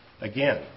Again